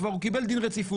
כבר הוא קיבל דיון רציפות,